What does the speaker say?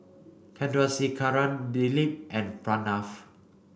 Chandrasekaran Dilip and Pranav